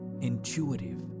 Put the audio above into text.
intuitive